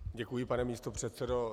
Děkuji, pane místopředsedo.